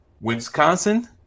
Wisconsin